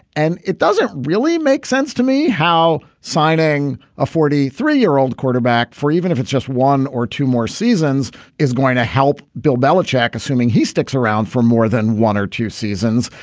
and it doesn't really make sense to me how signing a forty three year old quarterback for even if it's just one or two more seasons is going to help bill belichick, assuming he sticks around for more than one or two seasons.